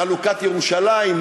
חלוקת ירושלים,